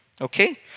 Okay